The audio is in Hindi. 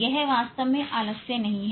यह वास्तव में आलस्य नहीं है